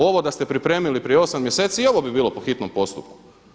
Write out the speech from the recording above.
Ovo da ste pripremili prije 8 mjeseci i ovo bi bilo po hitnom postupku.